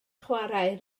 chwarae